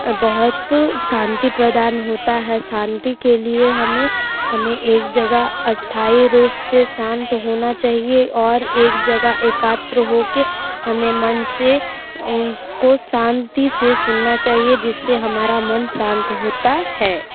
बहुत शांति प्रदान होता है शांति के लिए हमें हमें एक जगह अस्थाई रूप से शांत होना चाहिए और एक जगह एकत्र हो कर हमें मन से उनको शांति से सुनना चाहिए जिससे हमारा मन शांत होता है